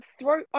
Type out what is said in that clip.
throw